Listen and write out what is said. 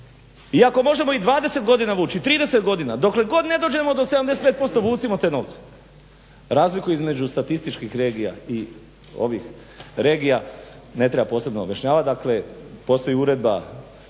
I ako možemo i 20 godina vuči i 30 godina dokle god ne dođemo do 75% vucimo te novce. Razliku između statističkih regija i ovih regija ne treba posebno objašnjavat. Dakle, postoji uredba